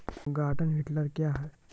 Garden tiller क्या हैं?